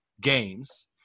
games